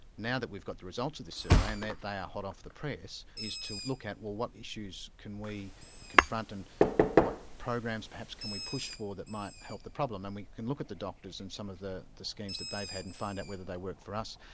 now that we've got the results of the survey, and they they are hot off the press, is to look at well what issues can we confront, and what programs perhaps can we push for that might help the problem? and we can look at the doctors and some of the the schemes that they've had, and find out whether they work for us.